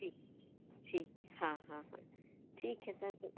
ठीक ठीक हाँ हाँ हाँ ठीक है सर तो